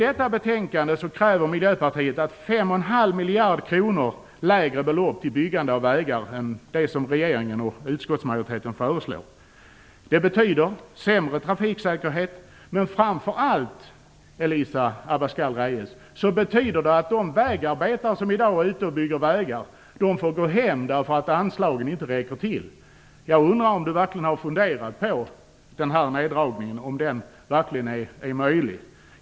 I betänkande 18 kräver Miljöpartiet att riksdagen anvisar ett 5,5 miljarder kronor lägre belopp till byggande av vägar än det som regeringen och utskottsmajoriteten föreslår. Det betyder sämre trafiksäkerhet. Men framför allt betyder det att de vägarbetare som i dag är ute och bygger vägar får gå hem därför att anslagen inte räcker till. Jag undrar om Elisa Abascal Reyes verkligen har funderat på om denna neddragning är möjlig.